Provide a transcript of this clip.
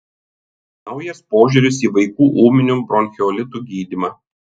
naujas požiūris į vaikų ūminio bronchiolito gydymą